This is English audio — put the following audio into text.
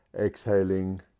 exhaling